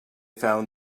found